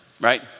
right